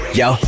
yo